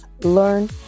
learn